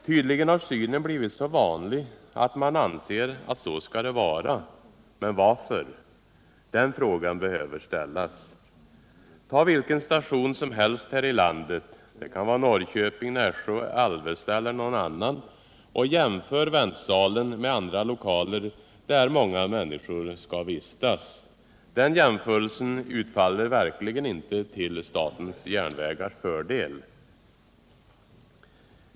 Tydligen har den här synen blivit så vanlig att man anser att så skall det vara. Men varför? Den frågan behöver ställas. Tag vilken station som helst här i landet — den kan ligga i Norrköping, Nässjö, Alvesta eller var som helst — och jämför väntsalen med andra lokaler där många människor skall vistas. Den jämförelsen utfaller verkligen inte till statens järnvägars fördel.